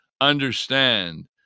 understand